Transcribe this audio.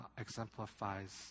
Exemplifies